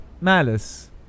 malice